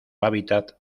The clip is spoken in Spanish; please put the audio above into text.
hábitat